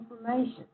information